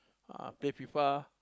play F_I_F_A